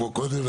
כמו קודם,